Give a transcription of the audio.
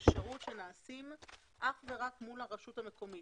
ושירות שנעשים אך ורק מול הרשות המקומית.